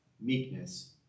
meekness